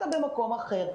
היא במקום אחר".